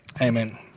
amen